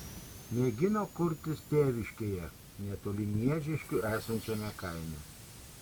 mėgino kurtis tėviškėje netoli miežiškių esančiame kaime